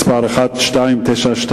מס' 1292: